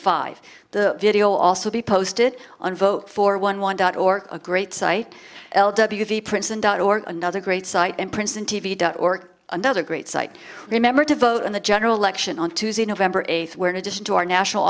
five the video also be posted on vote for one one dot or a great site l w v princeton dot org another great site and princeton t v dot org another great site remember to vote in the general election on tuesday november eighth where an addition to our national